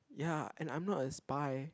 ya and I'm not a spy